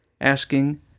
asking